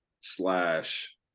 slash